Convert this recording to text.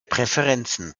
präferenzen